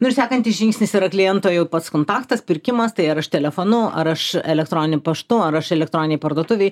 nu ir sekantis žingsnis yra kliento jau pats kontaktas pirkimas tai ar aš telefonu ar aš elektroniniu paštu ar aš elektroninėj parduotuvėj